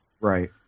Right